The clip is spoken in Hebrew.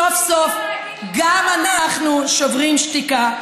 סוף-סוף גם אנחנו שוברים שתיקה,